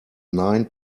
nine